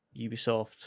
Ubisoft